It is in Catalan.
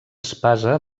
espasa